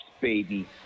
baby